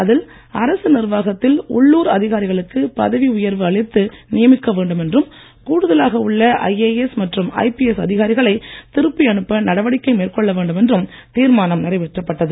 அதில் அரசு நிர்வாகத்தில் உள்ளூர் அதிகாரிகளுக்கு பதவி உயர்வு அளித்து நியமிக்க வேண்டும் என்றும் கூடுதலாக உள்ள ஐஏஎஸ் மற்றும் ஐபிஎஸ் அதிகாரிகளை திருப்பி அனுப்ப நடவடிக்கை மேற்கொள்ள வேண்டும் என்றும் தீர்மானம் நிறைவேற்றப்பட்டது